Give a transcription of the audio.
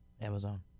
Amazon